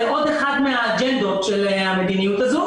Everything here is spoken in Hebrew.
זה עוד אחת מהאג'נדות של המדיניות הזו